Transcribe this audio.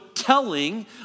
telling